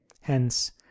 hence